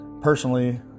personally